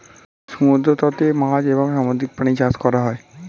সমুদ্র তটে মাছ এবং সামুদ্রিক প্রাণী চাষ করা হয়